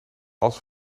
als